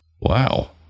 Wow